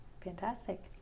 Fantastic